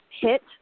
hit